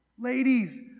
Ladies